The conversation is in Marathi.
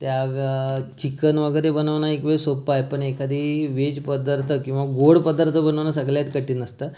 त्या चिकन वगैरे बनवणं एक वेळ सोपं आहे पण एखादी वेज पदार्थ किंवा गोड पदार्थ बनवणं सगळ्यात कठीण असतं